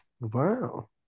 Wow